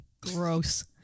gross